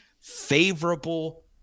favorable